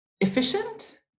efficient